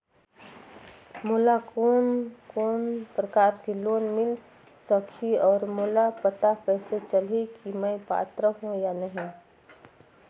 मोला कोन कोन प्रकार के लोन मिल सकही और मोला पता कइसे चलही की मैं पात्र हों या नहीं?